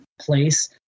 place